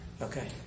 Okay